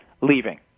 leaving